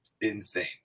insane